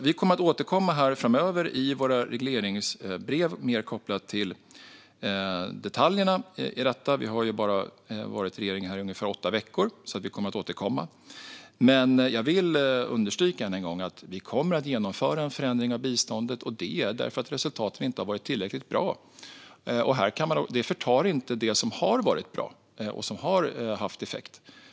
Vi kommer att i våra regleringsbrev återkomma mer om detaljerna i detta - vi har ju bara varit i regeringen i ungefär åtta veckor. Men jag vill understryka ännu en gång att vi kommer att genomföra en förändring av biståndet, och det är för att resultatet inte har varit tillräckligt bra. Det förtar dock inte det som har varit bra och som har haft effekt.